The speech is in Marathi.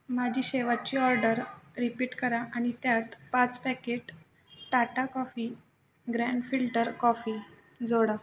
माझी शेवटची ऑर्डर रिपीट करा आणि त्यात पाच packet Tata coffee grand filter coffee जोडा